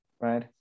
right